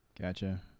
Gotcha